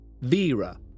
Vera